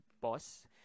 boss